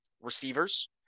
receivers